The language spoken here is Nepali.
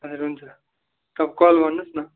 हजुर हुन्छ तपाईँ कल गर्नहोस् न